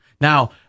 Now